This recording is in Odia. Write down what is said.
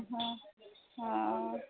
ହଁହଁ